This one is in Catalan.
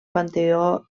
panteó